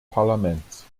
parlaments